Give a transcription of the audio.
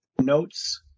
notes